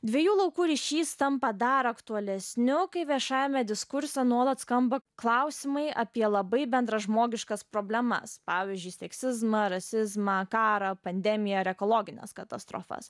dviejų laukų ryšys tampa dar aktualesniu kai viešajame diskurse nuolat skamba klausimai apie labai bendražmogiškas problemas pavyzdžiui seksizmą rasizmą karą pandemija ar ekologines katastrofas